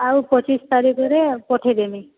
ଆଉ ପଚିଶ ତାରିଖରେ ପଠାଇଦେମି